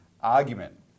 argument